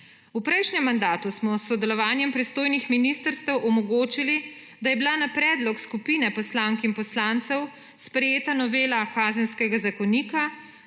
V prejšnjem mandatu smo s sodelovanjem pristojnih ministrstev omogočili, da je bila na predlog skupine poslank in poslancev sprejeta novela Kazenskega zakonika,